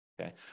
okay